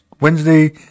wednesday